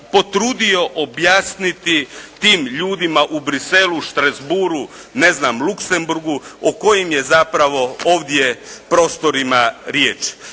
potrudio objasniti tim ljudima u Bruxellesu, Stratsbourgu, Luxemburgu o kojim je zapravo ovdje prostorima riječ.